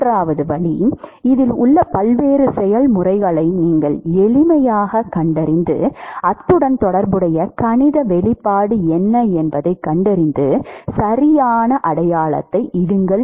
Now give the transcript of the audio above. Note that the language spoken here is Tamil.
மூன்றாவது வழி இதில் உள்ள பல்வேறு செயல்முறைகளை நீங்கள் எளிமையாகக் கண்டறிந்து அதனுடன் தொடர்புடைய கணித வெளிப்பாடு என்ன என்பதைக் கண்டறிந்து சரியான அடையாளத்தை இடுங்கள்